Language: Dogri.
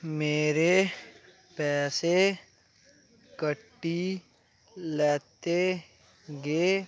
मेरे पैसे कट्टी लेते गै